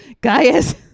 Gaius